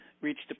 reached